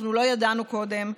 לא ידענו קודם,